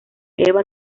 eva